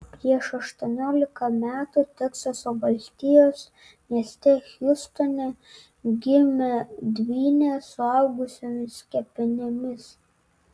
prieš aštuoniolika metų teksaso valstijos mieste hjustone gimė dvynės suaugusiomis kepenimis